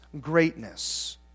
greatness